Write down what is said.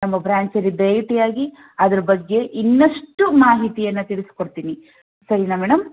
ನಮ್ಮ ಬ್ರಾಂಚಲ್ಲಿ ಭೇಟಿಯಾಗಿ ಅದರ ಬಗ್ಗೆ ಇನ್ನಷ್ಟು ಮಾಹಿತಿಯನ್ನು ತಿಳಿಸ್ಕೊಡ್ತಿನಿ ಸರಿನಾ ಮೇಡಮ್